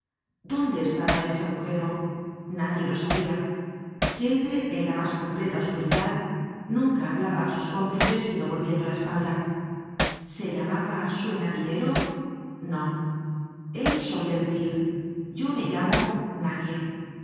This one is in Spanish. dónde estaba ese agujero nadie lo sabia siempre en la mas completa oscuridad nunca hablaba á sus cómplices sino volviendo la espalda se llamaba suena dinero no él solia decir yo me llamo nadie